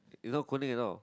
is not coding at all